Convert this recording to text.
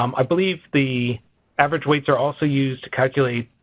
um i believe the average weights are also used to calculate